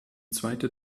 zweite